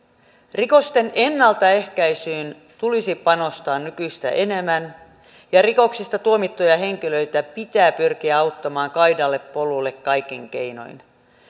rikosten ennaltaehkäisyyn tulisi panostaa nykyistä enemmän ja rikoksista tuomittuja henkilöitä pitää pyrkiä auttamaan kaidalle polulle kaikin keinoin